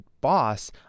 boss